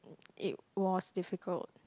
it was difficult